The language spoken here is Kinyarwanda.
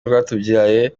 rwatubyaye